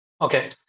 Okay